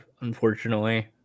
unfortunately